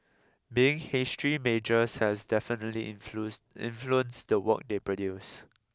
being history majors has definitely influence influenced the work they produce